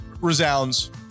resounds